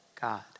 God